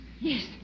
Yes